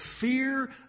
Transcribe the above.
fear